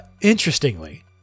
Interestingly